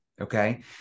Okay